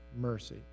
mercy